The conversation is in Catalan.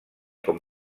com